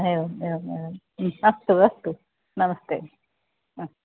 एवम् एवम् एवम् अस्तु अस्तु नमस्ते